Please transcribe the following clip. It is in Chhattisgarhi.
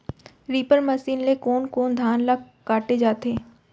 रीपर मशीन ले कोन कोन धान ल काटे जाथे?